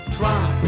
try